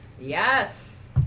Yes